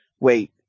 wait